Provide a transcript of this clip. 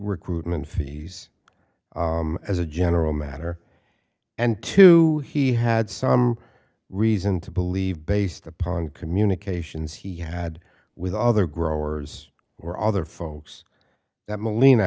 recruitment fees as a general matter and to he had some reason to believe based upon communications he had with other growers or other folks that m